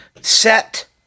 set